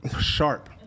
Sharp